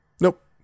nope